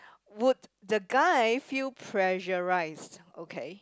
would the guy feel pressurized okay